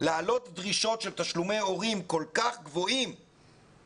כל כך גבוהים